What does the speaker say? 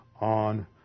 on